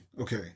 Okay